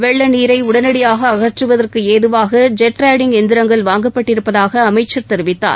வெள்ள நீரை உடனடியாக அகற்றுவதற்கு ஏதுவாக ஜெட் ராடிங் எந்திரங்கள் வாங்கப்பட்டிருப்பதாக அமைச்சர் தெரிவித்தார்